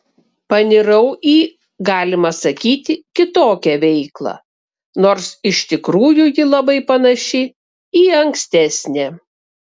panirau į galima sakyti kitokią veiklą nors iš tikrųjų ji labai panaši į ankstesnę